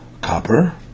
copper